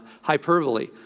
Hyperbole